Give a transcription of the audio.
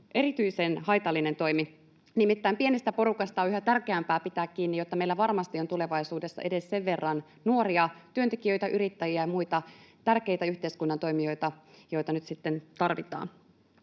erityisen haitallinen toimi. Nimittäin pienestä porukasta on yhä tärkeämpää pitää kiinni, jotta meillä varmasti on tulevaisuudessa edes sen verran nuoria työntekijöitä, yrittäjiä ja muita tärkeitä yhteiskunnan toimijoita, joita nyt sitten tarvitaan.